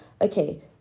okay